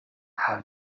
how